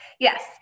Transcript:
Yes